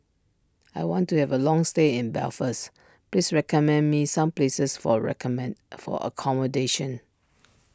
I want to have a long stay in Belfast please recommend me some places for recommend for accommodation